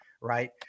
Right